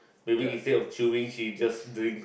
maybe instead of chewing she just drinks